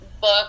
book